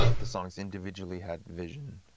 the songs individually had vision.